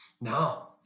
no